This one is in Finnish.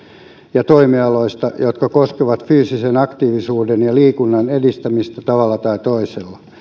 ja toimialoista jotka koskevat fyysisen aktiivisuuden ja liikunnan edistämistä tavalla tai toisella